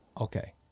Okay